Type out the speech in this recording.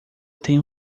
tem